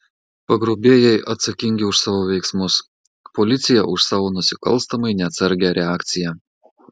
pagrobėjai atsakingi už savo veiksmus policija už savo nusikalstamai neatsargią reakciją